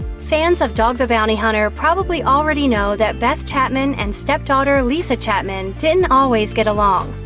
fans of dog the bounty hunter probably already know that beth chapman and stepdaughter lyssa chapman didn't always get along.